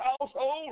household